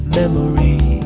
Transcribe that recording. memory